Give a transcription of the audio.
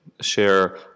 share